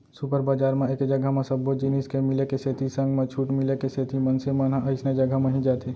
super बजार म एके जघा म सब्बो जिनिस के मिले के सेती संग म छूट मिले के सेती मनसे मन ह अइसने जघा म ही जाथे